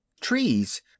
trees